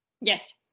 Yes